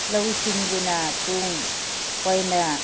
ꯂꯧꯎ ꯁꯤꯡꯎꯗꯨꯅ ꯇꯨꯡ ꯀꯣꯏꯅ